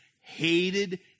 hated